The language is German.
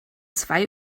zwei